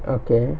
okay